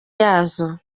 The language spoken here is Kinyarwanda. yazo